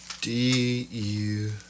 D-U